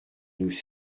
nous